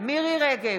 מירי מרים רגב,